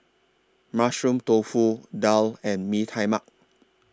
Mushroom Tofu Daal and Mee Tai Mak